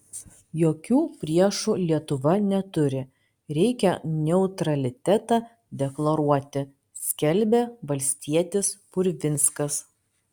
jokių priešų lietuva neturi reikia neutralitetą deklaruoti skelbė valstietis purvinskas